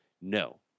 No